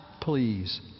please